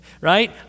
right